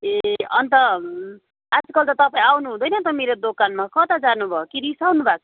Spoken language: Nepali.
ए अन्त आजकल त तपाईँ आउनु हुँदैन त मेरो दोकानमा कता जानुभयो कि रिसाउनुभएको छ